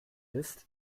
ist